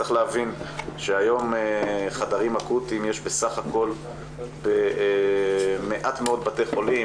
צריך להבין שהיום חדרים אקוטיים יש בסך הכל במעט מאוד בתי חולים,